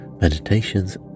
meditations